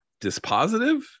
dispositive